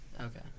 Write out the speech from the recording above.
Okay